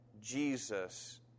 Jesus